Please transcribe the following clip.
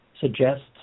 suggests